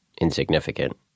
insignificant